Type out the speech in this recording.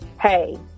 hey